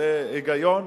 עושה היגיון,